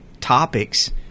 topics